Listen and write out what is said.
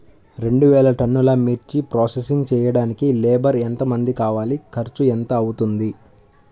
రెండు వేలు టన్నుల మిర్చి ప్రోసెసింగ్ చేయడానికి లేబర్ ఎంతమంది కావాలి, ఖర్చు ఎంత అవుతుంది?